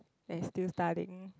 that's still studying